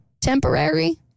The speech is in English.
temporary